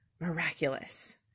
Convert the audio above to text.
miraculous